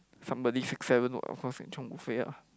somebody six seven what of course can chiong buffet ah